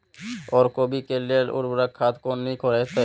ओर कोबी के लेल उर्वरक खाद कोन नीक रहैत?